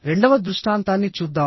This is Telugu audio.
రెండవ దృష్టాంతాన్ని చూద్దాం